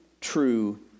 true